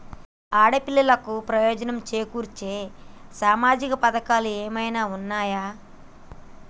ఆడపిల్లలకు ప్రయోజనం చేకూర్చే సామాజిక పథకాలు ఏమైనా ఉన్నయా?